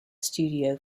studio